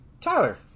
Tyler